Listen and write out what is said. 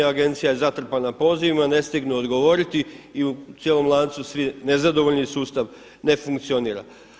Agencija je zatrpana pozivima, ne stignu odgovoriti i u cijelom lancu svi nezadovoljni, sustav ne funkcionira.